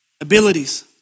abilities